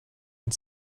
and